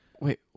Wait